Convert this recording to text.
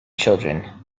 children